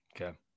okay